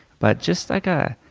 but just like a